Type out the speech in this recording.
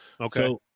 Okay